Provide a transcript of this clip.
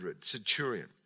centurion